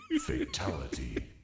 Fatality